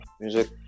music